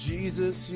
Jesus